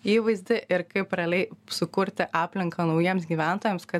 įvaizdį ir kaip realiai sukurti aplinką naujiems gyventojams kad